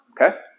Okay